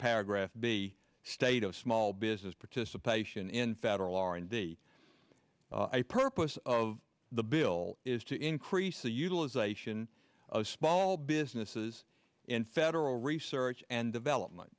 paragraph be state of small business participation in federal r and d i purpose of the bill is to increase the utilization of small businesses in federal research and development